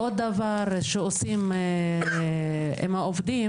עוד דבר שעושים עם העובדים,